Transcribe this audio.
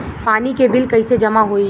पानी के बिल कैसे जमा होयी?